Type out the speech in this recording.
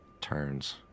turns